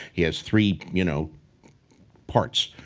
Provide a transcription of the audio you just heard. he has three you know parts.